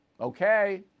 Okay